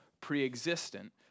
preexistent